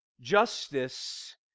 justice